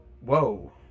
Whoa